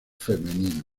femenino